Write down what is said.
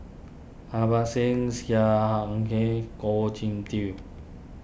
Harbans Singh Sia hang Kah Goh Jin Tub